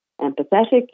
empathetic